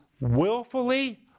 willfully